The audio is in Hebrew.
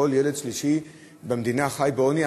כל ילד שלישי במדינה חי בעוני,